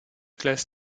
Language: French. classe